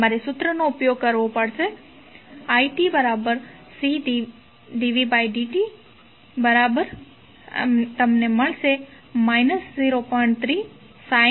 તમારે સૂત્રનો ઉપયોગ કરવો પડશે itCdvdt510 6ddt10 cos 6000t 510 6600010 sin 6000t 0